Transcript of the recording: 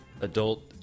Adult